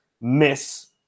miss